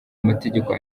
amategeko